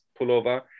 pullover